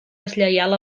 deslleial